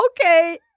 okay